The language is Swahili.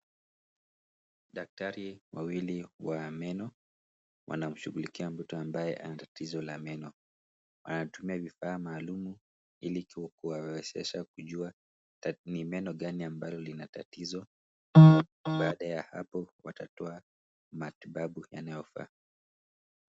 Daktari wawili wa meno wanamshughulikia mtoto ambaye ana tatizo la meno. Wanatumia vifaa maalumu ili kuwawezesha kujua ni meno Gani ambalo kina tatizo. Baada ya hapo watatoa matibabu yanayofaa